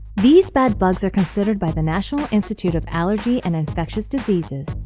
these bad bugs are considered by the national institute of allergy and infectious diseases,